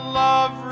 love